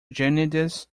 jarndyce